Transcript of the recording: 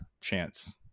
chance